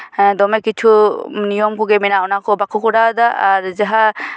ᱫᱚᱢᱮ ᱠᱤᱪᱷᱩ ᱱᱤᱭᱚᱢ ᱠᱚᱜᱮ ᱢᱮᱱᱟᱜᱼᱟ ᱚᱱᱟ ᱠᱚ ᱠᱚᱨᱟᱣᱫᱟ ᱟᱨ ᱡᱟᱦᱟᱸ